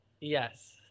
Yes